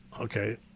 Okay